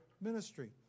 ministry